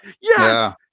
yes